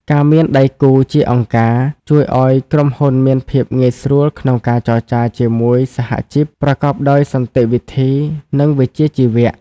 ការមានដៃគូជាអង្គការ ជួយឱ្យក្រុមហ៊ុនមានភាពងាយស្រួលក្នុងការចរចាជាមួយសហជីពប្រកបដោយសន្តិវិធី និងវិជ្ជាជីវៈ។